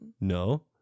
No